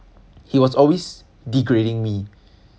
he was always degrading me